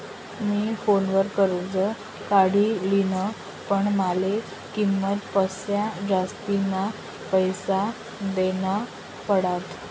मी फोनवर कर्ज काढी लिन्ह, पण माले किंमत पक्सा जास्तीना पैसा देना पडात